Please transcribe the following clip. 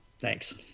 thanks